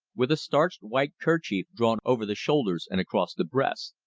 with a starched white kerchief drawn over the shoulders and across the breast.